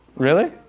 really?